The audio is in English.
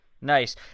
nice